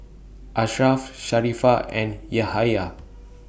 Ashraff Sharifah and Yahaya